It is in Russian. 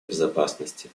безопасности